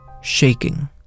shaking